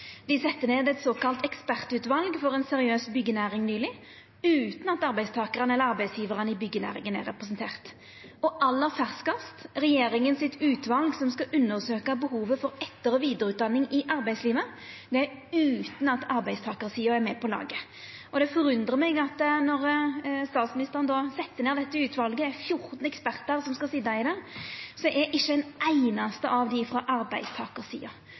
Dei sette ned eit såkalla ekspertutval for ei seriøs byggjenæring nyleg, utan at arbeidstakarane eller arbeidsgjevarane i byggjenæringa er representerte. Og aller ferskast: Regjeringa sette ned eit utval som skal undersøkja behovet for etter- og vidareutdanning i arbeidslivet, utan at arbeidstakarsida er med på laget. Det forundrar meg at når statsministeren set ned dette utvalet og 14 ekspertar skal sitja i det, er ikkje ein einaste av dei frå arbeidstakarsida.